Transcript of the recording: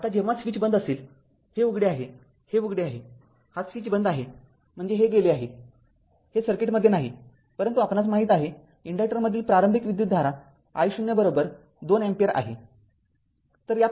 आता जेव्हा स्विच बंद असेल हे उघडे आहेहे उघडे आहे हा स्विच बंद आहे म्हणजे हे गेले आहे हे सर्किटमध्ये नाही परंतु आपणास माहीत आहे इन्डक्टरमधील प्रारंभिक विद्युतधारा I0२ अँपिअर आहे